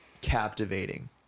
captivating